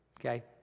okay